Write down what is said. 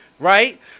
Right